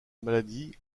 maladie